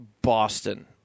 Boston